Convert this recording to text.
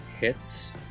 hits